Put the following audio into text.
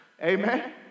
Amen